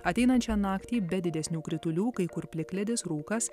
ateinančią naktį be didesnių kritulių kai kur plikledis rūkas